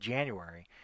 January